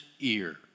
ear